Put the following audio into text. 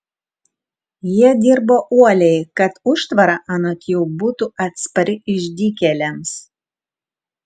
jie dirbo uoliai kad užtvara anot jų būtų atspari išdykėliams